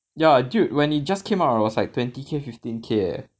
ya dude when it just came out it was twenty K fifteen K eh